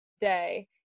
day